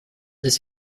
ist